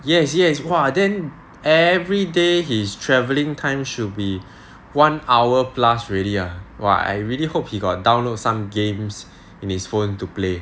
yes yes !wah! then every day his travelling time should be one hour plus really ah !wah! I really hope he got download some games in his phone to play